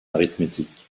arithmétique